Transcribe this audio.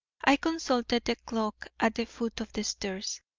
i consulted the clock at the foot of the stairs,